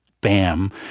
bam